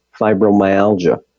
fibromyalgia